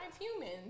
humans